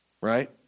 Right